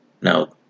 Now